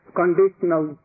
conditional